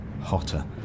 hotter